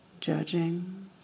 judging